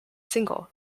single